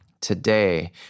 today